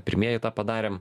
pirmieji tą padarėm